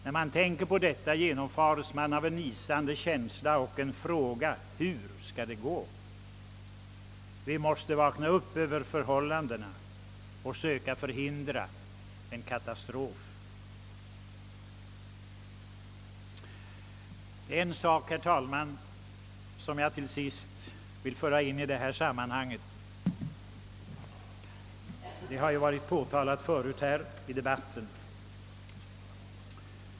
När man tänker på detta, genomfares man av en isande känsla: Hur skall det gå? Vi måste vakna upp ur förhållandena och söka förhindra en katastrof. Det är en sak, herr talman, som jag till sist vill föra in i detta sammanhang — den har redan förut här i debatten påpekats.